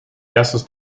erstes